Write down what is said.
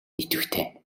идэвхтэй